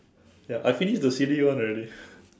ya I finish the C_D one already